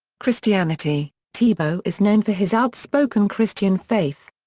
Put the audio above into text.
christianity tebow is known for his outspoken christian faith.